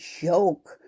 joke